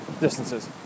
distances